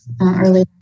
early